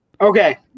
Okay